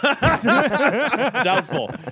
Doubtful